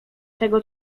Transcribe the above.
tego